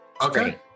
Okay